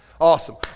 Awesome